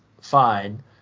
fine